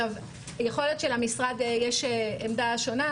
יכול שלמשרד יש עמדה שונה,